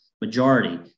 majority